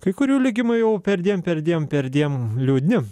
kai kurių likimai jau perdėm perdėm perdėm liūdni